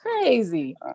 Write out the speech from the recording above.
Crazy